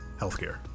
healthcare